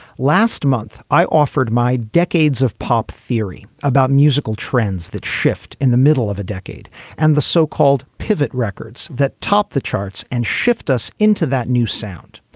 last month, i offered my decades of pop theory about musical trends that shift in the middle of a decade and the so-called pivot records that topped the charts and shift us into that new sound.